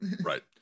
Right